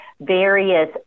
various